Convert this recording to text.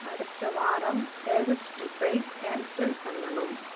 அடுத்த வாரம் வேகஸ் ட்ரிப்பை கேன்சல் பண்ணணும்